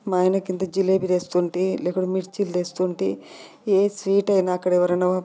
మా ఆయన కింద జిలేబి చేస్తుంటే లేకుంటే మిర్చి తెస్తుంటే ఏ స్వీట్ అయినా అక్కడ ఎవరైనా